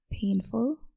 painful